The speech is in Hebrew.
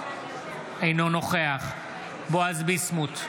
אינו נוכח בועז ביסמוט,